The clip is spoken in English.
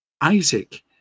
Isaac